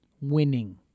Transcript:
winning